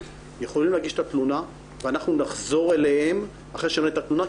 יכולים להגיש את התלונה ואנחנו נחזור אליהם אחרי שיהיה לנו את התלונה,